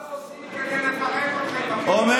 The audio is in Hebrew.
גדעון, מה לא עושים כדי לפרק אתכם,